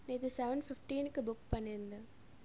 இது செவன் ஃபிஃப்டீனுக்கு புக் பண்ணியிருந்தேன்